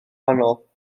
wahanol